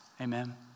Amen